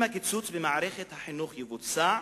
אם הקיצוץ במערכת החינוך יבוצע,